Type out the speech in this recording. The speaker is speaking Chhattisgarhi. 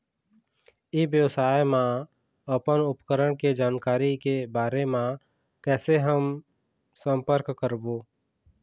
ई व्यवसाय मा अपन उपकरण के जानकारी के बारे मा कैसे हम संपर्क करवो?